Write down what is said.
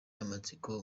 amatsiko